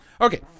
Okay